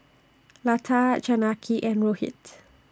Lata Janaki and Rohit